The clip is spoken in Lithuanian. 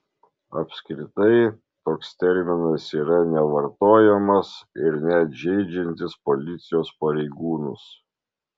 apskritai toks terminas yra nevartojamas ir net žeidžiantis policijos pareigūnus